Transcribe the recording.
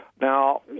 Now